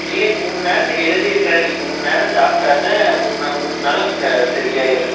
இல்லைங்க மூணு நேரத்துக்கு எழுதியிருக்கிறேன் நீங்கள் மூணு நேரம் சாப்பிட்டா தான் மூணு மூணு நாளில் சரியாகிரும்